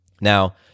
Now